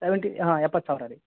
seventy ಹಾಂ ಎಪ್ಪತ್ತು ಸಾವಿರ ರೀ